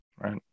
Right